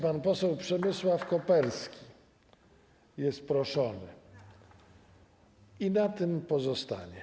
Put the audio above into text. Pan poseł Przemysław Koperski jest proszony - i na tym pozostanie.